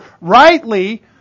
rightly